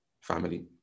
family